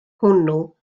hwnnw